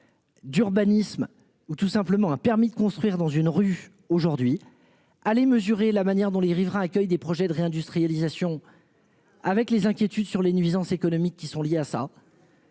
D'urbanisme ou tout simplement a permis de construire dans une rue aujourd'hui. Aller mesurer la manière dont les riverains accueillent des projets de réindustrialisation. Avec les inquiétudes sur les nuisances économiques qui sont liés à ça.